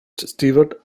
stewart